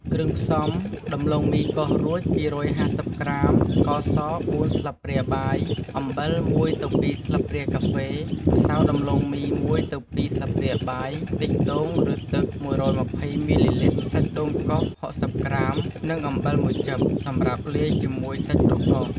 គ្រឿងផ្សំ ដំឡូងមីកោសរួច ២៥០ ក្រាម ស្ករស ៤ ស្លាបព្រាបាយ អំបិល ១ទៅ២ ស្លាបព្រាកាហ្វេ ម្សៅដំឡូងមី ១ទៅ២ ស្លាបព្រាបាយ ខ្ទិះដូង ឬ ទឹក ១២០ មីលីលីត្រ សាច់ដូងកោស ៦០ ក្រាម និងអំបិលមួយចិប សម្រាប់លាយជាមួយសាច់ដូងកោស។